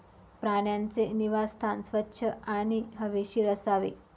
प्राण्यांचे निवासस्थान स्वच्छ आणि हवेशीर असावे